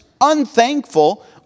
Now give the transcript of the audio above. unthankful